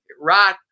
right